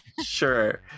sure